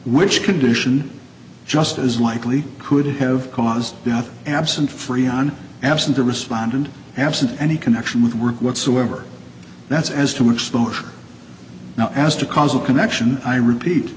which condition just as likely could have caused death absent freon absent the respondent absent any connection with work whatsoever that's as to exposure now as to causal connection i repeat